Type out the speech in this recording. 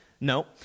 No